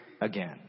again